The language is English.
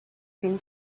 been